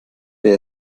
wer